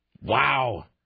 Wow